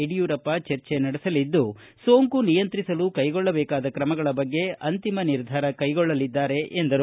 ಯಡಿಯೂರಪ್ಪ ಚರ್ಚೆ ನಡೆಸಲಿದ್ದು ಸೋಂಕು ನಿಯಂತ್ರಿಸಲು ಕೈಗೊಳ್ಳಬೇಕಾದ ಕ್ರಮಗಳ ಬಗ್ಗೆ ಅಂತಿಮ ನಿರ್ಧಾರ ಕೈಗೊಳ್ಳಲಿದ್ದಾರೆ ಎಂದರು